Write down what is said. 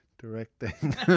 directing